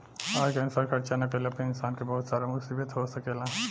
आय के अनुसार खर्चा ना कईला पर इंसान के बहुत सारा मुसीबत हो सकेला